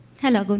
hello, good